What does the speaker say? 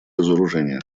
разоружения